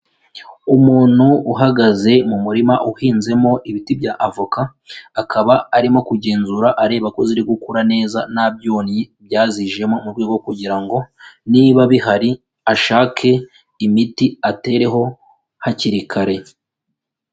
Umuntu uhagaze mu murima uhinzemo ibiti bya avoka, akaba arimo kugenzura areba ko ziri gukura neza nta byonnyi byazijemo mu rwego kugira ngo niba bihari ashake imiti atereho hakiri kare.